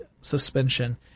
suspension